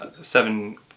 seven